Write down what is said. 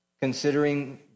considering